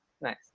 nice